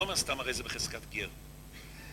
לא מאסתם, הרי זה בחזקת גר